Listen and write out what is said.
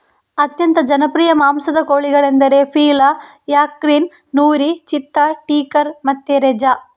ಅತ್ಯಂತ ಜನಪ್ರಿಯ ಮಾಂಸದ ಕೋಳಿಗಳೆಂದರೆ ಪೀಲಾ, ಯಾರ್ಕಿನ್, ನೂರಿ, ಚಿತ್ತಾ, ಟೀಕರ್ ಮತ್ತೆ ರೆಜಾ